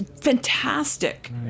fantastic